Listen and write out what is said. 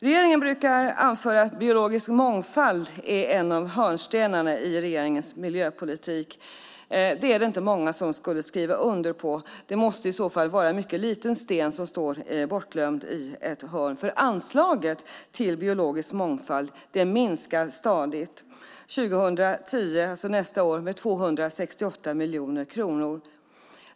Regeringen brukar anföra att biologisk mångfald är en av hörnstenarna i regeringens miljöpolitik. Det är det inte många som skulle skriva under på. Det måste i så fall vara en mycket liten sten som står bortglömd i ett hörn. Anslaget till biologisk mångfald minskar stadigt - år 2010 med 268 miljoner kronor.